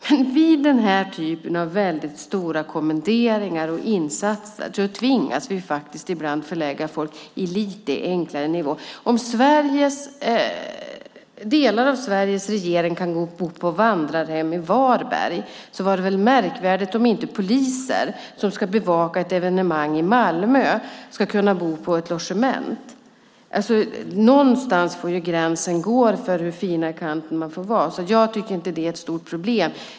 Men vid denna typ av stora kommenderingar och insatser tvingas vi ibland förlägga folk på en lite enklare nivå. Om delar av Sveriges regering kan bo på vandrarhem i Varberg vore det väl märkligt om inte poliser, som ska bevaka ett evenemang i Malmö, kunde bo på ett logement. Någonstans får gränsen dras för hur fin i kanten man får vara. Jag tycker inte att det är ett stort problem.